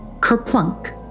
kerplunk